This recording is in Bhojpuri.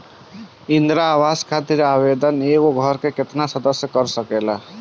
इंदिरा आवास खातिर आवेदन एगो घर के केतना सदस्य कर सकेला?